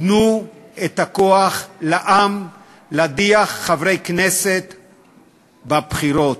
תנו לעם את הכוח להדיח חברי כנסת בבחירות.